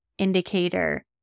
Indicator